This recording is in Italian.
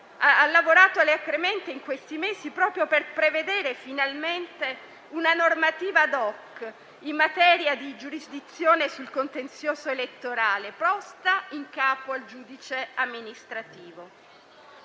ancora il presidente Parrini - proprio per prevedere finalmente una normativa *ad hoc* in materia di giurisdizione sul contenzioso elettorale posta in capo al giudice amministrativo.